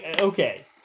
Okay